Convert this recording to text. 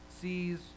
sees